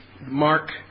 Mark